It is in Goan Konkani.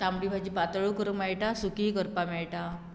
तांबडी भाजी पातळू करूंक मेळटा सुकी करपाक मेळटा